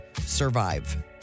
survive